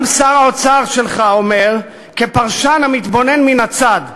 גם שר האוצר שלך אומר, כפרשן המתבונן מן הצד,